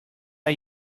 are